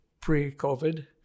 pre-COVID